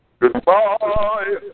Goodbye